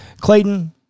Clayton